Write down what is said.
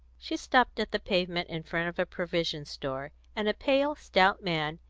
she stopped at the pavement in front of a provision store, and a pale, stout man,